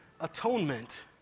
atonement